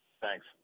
thanks